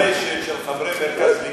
אני אפנה אותך לרשת של חברי מרכז ליכוד,